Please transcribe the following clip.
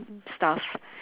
stuff